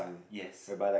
yes